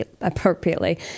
appropriately